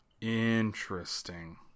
Interesting